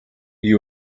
you